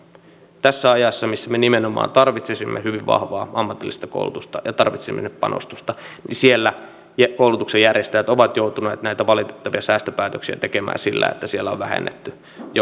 tässä ajassa missä me nimenomaan tarvitsisimme hyvin vahvaa ammatillista koulutusta ja tarvitsisimme sinne panostusta koulutuksen järjestäjät ovat joutuneet näitä valitettavia säästöpäätöksiä tekemään sillä että siellä on vähennetty jo lähiopetusta